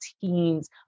teens